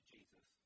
Jesus